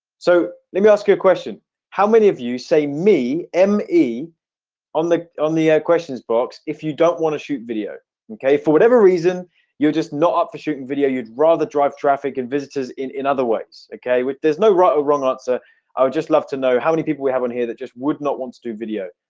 so let me ask you a question how many of you say me? emme on the on the air questions box if you don't want to shoot video okay for whatever reason you're just not up for shooting video you'd rather drive traffic and visitors in in other words, okay with there's no right or wrong ah answer i would just love to know how many people we have on here that just would not want to do video,